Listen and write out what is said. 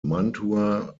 mantua